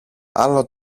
άλλο